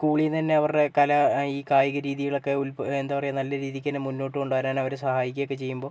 സ്കൂളീന്നു തന്നെ അവരുടെ കലാ ഈ കായിക രീതികളൊക്കെ ഉത്ഭാ എന്താ പറയാ നല്ല രീതിക്ക് തന്നെ മുന്നോട്ടു കൊണ്ടു പോകാനാണ് അവർ സഹായിക്കുകയൊക്കെ ചെയ്യുമ്പോൾ